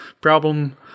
problem